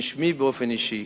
בשמי באופן אישי.